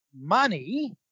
money